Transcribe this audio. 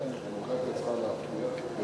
דמוקרטיה צריכה להבטיח,